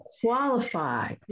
qualify